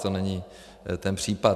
To není ten případ.